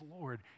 Lord